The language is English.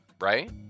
right